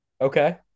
Okay